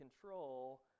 control